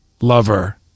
lover